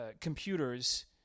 computers